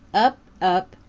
up, up,